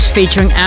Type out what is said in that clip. featuring